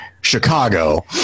Chicago